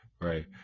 right